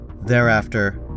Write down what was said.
Thereafter